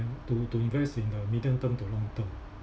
to to invest in the medium term to long term